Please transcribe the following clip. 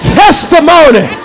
testimony